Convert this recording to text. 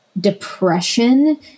depression